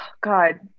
God